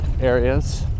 areas